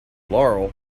laurel